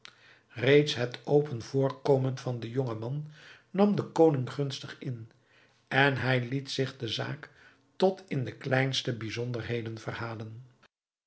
reeds het open voorkomen van den jongen man nam den koning gunstig in en hij liet zich de zaak tot in de kleinste bijzonderheden verhalen